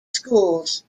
schools